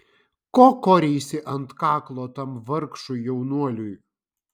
ko koreisi ant kaklo tam vargšui jaunuoliui